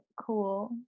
cool